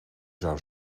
zou